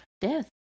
Death